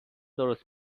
درست